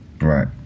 Right